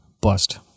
bust